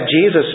Jesus